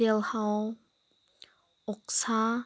ꯇꯤꯜꯍꯧ ꯑꯣꯛꯁꯥ